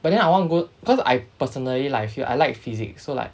but then I want to go cause I personally like I feel I like physics so like